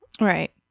right